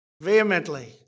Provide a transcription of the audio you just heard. vehemently